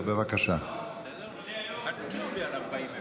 טייב, והיא תועבר לוועדת החינוך,